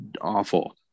awful